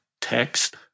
text